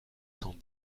cent